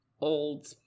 old